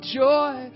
joy